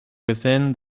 within